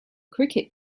cricket